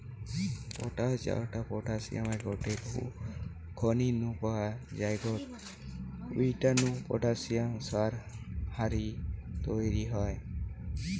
potash জউটা পটাশিয়ামের গটে খনি নু পাওয়া জউগ সউটা নু পটাশিয়াম সার হারি তইরি হয়